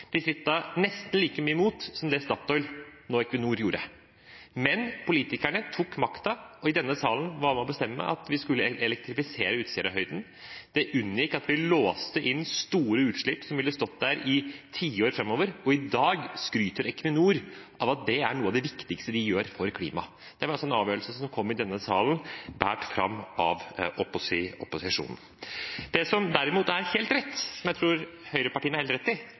som det Statoil, nå Equinor, gjorde. Men politikerne tok makten og – i denne salen – var med på å bestemme at vi skulle elektrifisere Utsirahøyden. Det unngikk at vi låste inn store utslipp som ville stått der i tiår framover – og i dag skryter Equinor av at det er noe av det viktigste de gjør for klimaet. Det var altså en avgjørelse som kom i denne salen, båret fram av opposisjonen. Det som derimot er helt rett, og som jeg tror høyrepartiene har helt rett i,